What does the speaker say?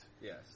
Yes